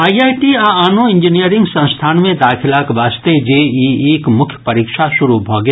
IIT आ आनो engineering संस्थान मे दाखिलाक वास्ते जेईईक मुख्य परीक्षा शुरू भऽ गेल